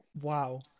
Wow